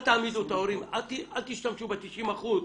אל תשתמשו ב-90%.